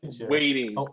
waiting